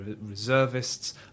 reservists